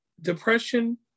depression